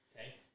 Okay